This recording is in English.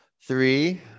Three